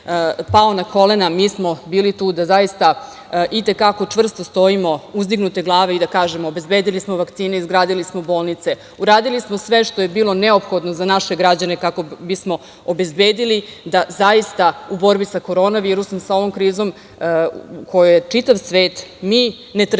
pao na kolena, mi smo bili tu da zaista i te kako čvrsto stojimo uzdignute glave i da kažemo – obezbedili smo vakcine, izgradili smo bolnice, uradili smo sve što je bilo neophodno za naše građane kako bismo obezbedili da zaista u borbi sa korona virusom, sa ovom krizom koja je čitav svet uhvatila, mi